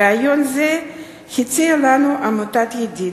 רעיון זה הציעה לנו עמותת "ידיד",